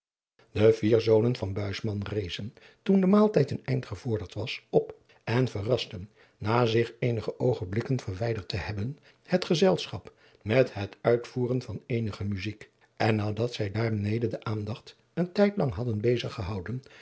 vier zonen van buisman rezen toen de maaltijd een eind gevorderd was op en verrasten na zich eenige oogenblikken verwijderd te hebben het gezelschap met het uitvoeren van eenige muzijk en nadat zij daar mede de aandacht een tijd lang hadden bezig gehouden